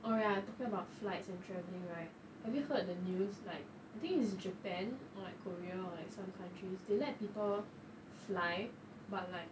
oh ya talking about flights and travelling right have you heard the news like I think is japan or like korea or like some countries they let people fly but like